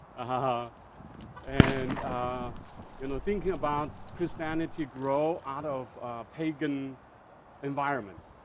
ah and ah you know thinking about christianity grow out of a pagan environment,